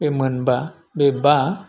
बे मोनबा बे बा